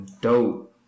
dope